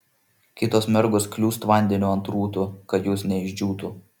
kitos mergos kliūst vandeniu ant rūtų kad jos neišdžiūtų